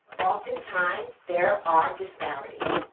oftentimes there are disparities,